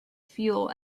fuel